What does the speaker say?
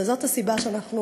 וזאת הסיבה שאנחנו